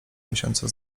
miesiąca